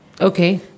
Okay